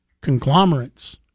conglomerates